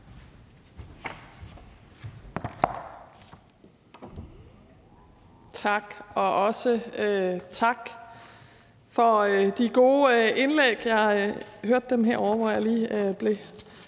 Tak, og også tak for de gode indlæg. Jeg hørte dem herovre, hvor jeg lige blev